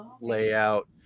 layout